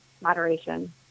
moderation